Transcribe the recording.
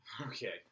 Okay